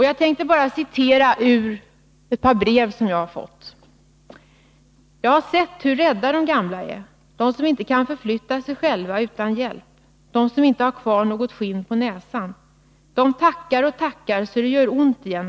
Jag skall bara återge en del av innehållet i ett par brev som jag har fått: ”Jag har sett hur rädda de gamla är. De som inte kan förflytta sig själva utan hjälp, de som inte har kvar något ”skinn på näsan”. De tackar och tackar så det gör ont i en.